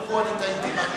פה אני טעיתי במשהו.